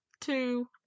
two